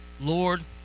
Lord